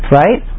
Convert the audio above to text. right